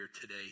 today